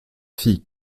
fille